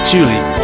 Julie